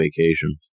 vacation